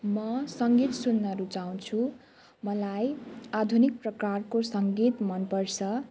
म सङ्गीत सुन्न रुचाउँछु मलाई आधुनिक प्रकारको सङ्गीत मन पर्छ